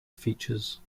features